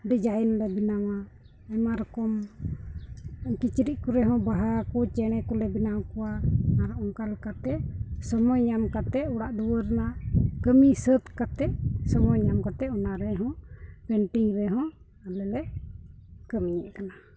design ᱞᱮ ᱵᱮᱱᱟᱣᱟ ᱟᱭᱢᱟ ᱨᱚᱠᱚᱢ ᱠᱤᱪᱨᱤᱡ ᱠᱚᱨᱮ ᱦᱚᱸ ᱵᱟᱦᱟ ᱠᱚ ᱪᱮᱬᱮ ᱠᱚᱞᱮ ᱵᱮᱱᱟᱣ ᱠᱚᱣᱟ ᱚᱱᱠᱟ ᱞᱮᱠᱟᱛᱮ ᱥᱚᱢᱚᱭ ᱧᱟᱢ ᱠᱟᱛᱮᱫ ᱚᱲᱟᱜ ᱫᱩᱣᱟᱹᱨ ᱨᱮᱱᱟᱜ ᱠᱟᱹᱢᱤ ᱥᱟᱹᱛ ᱠᱟᱛᱮᱫ ᱥᱚᱢᱚᱭ ᱧᱟᱢ ᱠᱟᱛᱮᱫ ᱚᱱᱟ ᱨᱮᱦᱚᱸ ᱯᱮᱱᱴᱤᱝ ᱨᱮᱦᱚᱸ ᱟᱞᱮ ᱞᱮ ᱠᱟᱹᱢᱤᱭᱮᱫ ᱠᱟᱱᱟ